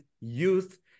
youth